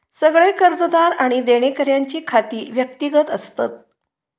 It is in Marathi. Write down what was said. सगळे कर्जदार आणि देणेकऱ्यांची खाती व्यक्तिगत असतत